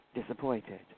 disappointed